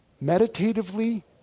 meditatively